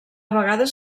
vegades